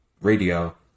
radio